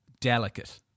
delicate